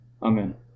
Amen